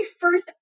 first